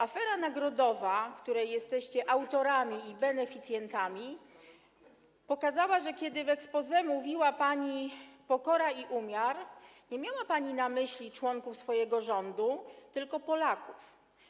Afera nagrodowa, której jesteście autorami i beneficjentami, pokazała, że kiedy w exposé mówiła pani: pokora i umiar, nie miała pani na myśli członków swojego rządu, tylko Polaków.